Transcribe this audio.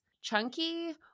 chunky